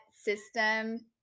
system